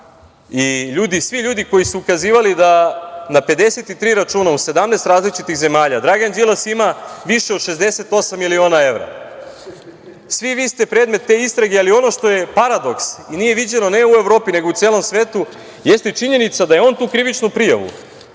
i svi ljudi koji su ukazivali da, 53 računa u 17 različitih zemalja, Dragan Đilas ima više od 68 miliona evra. Svi vi ste predmet te istrage, ali ono što je paradoks i nije viđeno, ne u Evropi, nego u celom svetu, jeste činjenica da je on tu krivičnu prijavu